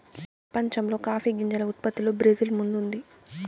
ప్రపంచంలో కాఫీ గింజల ఉత్పత్తిలో బ్రెజిల్ ముందుంది